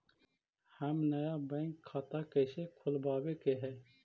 हम नया बैंक खाता कैसे खोलबाबे के है?